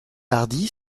hardy